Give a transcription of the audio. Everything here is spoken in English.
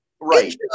right